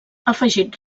afegit